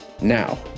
now